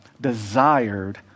desired